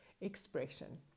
expression